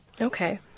Okay